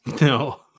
No